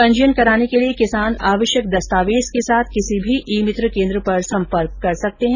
पंजीयन कराने के लिये किसान आवश्यक दस्तावेज के साथ किसी भी ई मित्र कोन्द्र पर संपर्क कर सकते हैं